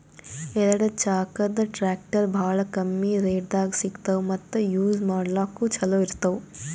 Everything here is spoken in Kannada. ಎರಡ ಚಾಕದ್ ಟ್ರ್ಯಾಕ್ಟರ್ ಭಾಳ್ ಕಮ್ಮಿ ರೇಟ್ದಾಗ್ ಸಿಗ್ತವ್ ಮತ್ತ್ ಯೂಜ್ ಮಾಡ್ಲಾಕ್ನು ಛಲೋ ಇರ್ತವ್